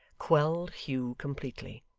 quelled hugh completely.